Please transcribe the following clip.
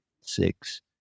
six